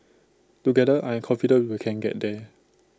together I am confident we can get there